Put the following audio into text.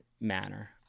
manner